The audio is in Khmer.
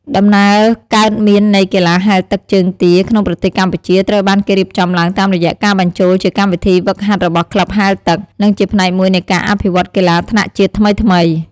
ដំណើរកើតមាននៃកីឡាហែលទឹកជើងទា ក្នុងប្រទេសកម្ពុជាត្រូវបានគេរៀបចំឡើងតាមរយៈការបញ្ចូលជាកម្មវិធីហ្វឹកហាត់របស់ក្លឹបហែលទឹក និងជាផ្នែកមួយនៃការអភិវឌ្ឍកីឡាថ្នាក់ជាតិថ្មីៗ។